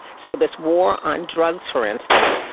so this war on drugs, for instance,